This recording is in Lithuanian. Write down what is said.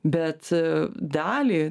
bet dalį